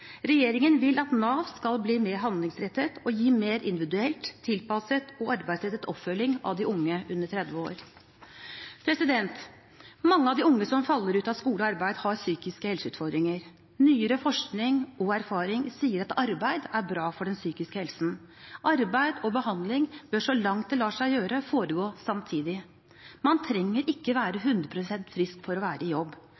Regjeringen vil at Nav skal bli mer handlingsrettet og gi mer individuelt tilpasset og arbeidsrettet oppfølging av de unge under 30 år. Mange av de unge som faller ut av skole og arbeid, har psykiske helseutfordringer. Nyere forskning og erfaring sier at arbeid er bra for den psykiske helsen. Arbeid og behandling bør så langt det lar seg gjøre, foregå samtidig. Man trenger ikke være